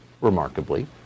Remarkably